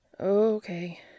Okay